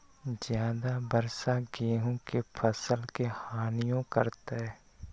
ज्यादा वर्षा गेंहू के फसल के हानियों करतै?